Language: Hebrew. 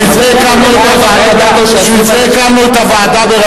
תבוא אלי